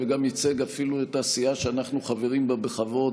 לצד הסברה נכונה שאנחנו מבצעים גם בעצם ימים אלו.